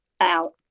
out